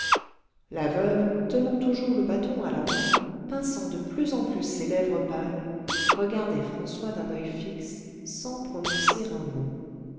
la veuve tenant toujours le bâton à la main pinçant de plus en plus ses lèvres pâles regardait françois d'un oeil fixe sans prononcer un mot